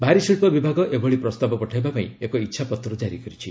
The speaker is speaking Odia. ଭାରୀଶିଳ୍ପ ବିଭାଗ ଏଭଳି ପ୍ରସ୍ତାବ ପଠାଇବା ପାଇଁ ଏକ ଇଚ୍ଛାପତ୍ର ଜାରି କରିଛି